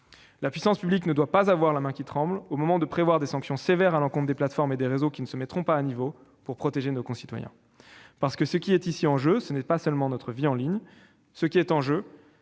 La puissance publique ne doit pas avoir la main qui tremble au moment de prévoir des sanctions sévères à l'encontre des plateformes et des réseaux qui ne se mettront pas à niveau pour protéger nos concitoyens. Ce qui est ici en jeu, en effet, ce n'est pas seulement notre vie en ligne ; c'est le